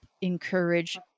encourage